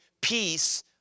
peace